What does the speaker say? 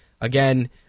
Again